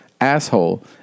asshole